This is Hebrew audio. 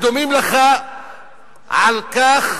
מדינת ישראל כל הקדנציה,